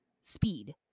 speed